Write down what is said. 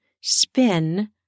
spin